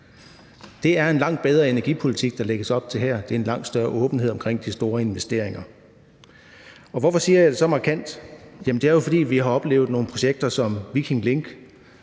Det er en langt bedre energipolitik, der lægges op til her; der er en langt større åbenhed omkring de store investeringer. Og hvorfor siger jeg det så markant? Jamen det er jo, fordi vi har oplevet nogle projekter som Viking Link,